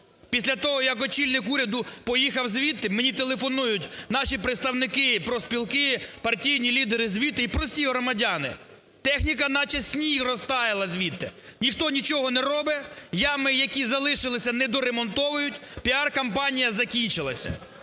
Після того як очільник уряду поїхав звідти, мені телефонують наші представники, профспілки, партійні лідери звідти і прості громадяни: техніка наче сніг розтаяла звідти, ніхто нічого не робить, ями, які залишилися, недоремонтовують, піар-кампанія закінчилася.